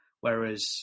whereas